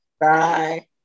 Bye